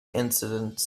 incidents